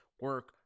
Work